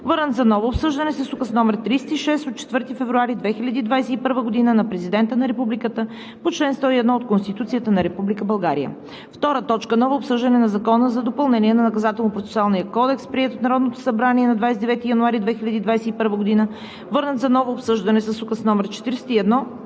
върнат за ново обсъждане с Указ № 36 от 4 февруари 2021 г. на Президента на Републиката по чл. 101 от Конституцията на Република България. 2. Ново обсъждане на Закона за допълнение на Наказателно-процесуалния кодекс, приет от Народното събрание на 29 януари 2021 г., върнат за ново обсъждане с Указ № 41